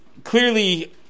clearly